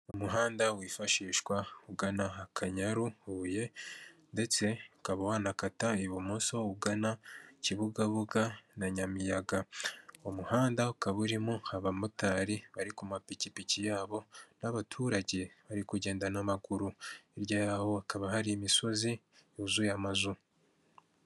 Umuhanda wifashishwa ugana akanyaru Huye ndetse ukaba wanakata ibumoso ugana Kibugabuga na Nyamiyaga, umuhanda ukaba urimo abamotari bari ku mapikipiki yabo n'abaturage bari kugendana n'amaguru, hirya yaho hakaba hari imisozi yuzuye amazu.